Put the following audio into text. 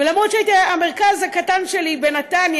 ולמרות שהיה לי את המרכז הקטן שלי בנתניה,